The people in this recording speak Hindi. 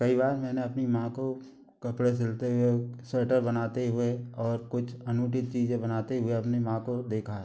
कई बार मैंने अपनी माँ को कपड़े सिलते हुए स्वेटर बनाते हुए और कुछ अनूठी चीजें बनाते हुए अपनी माँ को देखा है